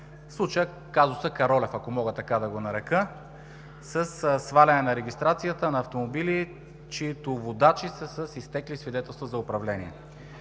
случая казуса Каролев, ако мога така да го нарека, със сваляне на регистрацията на автомобили, чиито водачи са с изтекли свидетелства за управление.